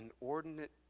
inordinate